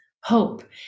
hope